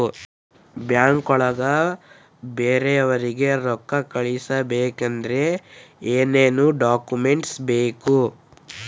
ಬ್ಯಾಂಕ್ನೊಳಗ ಬೇರೆಯವರಿಗೆ ರೊಕ್ಕ ಕಳಿಸಬೇಕಾದರೆ ಏನೇನ್ ಡಾಕುಮೆಂಟ್ಸ್ ಬೇಕು?